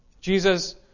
Jesus